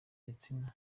gitsina